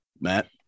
matt